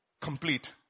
complete